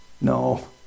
No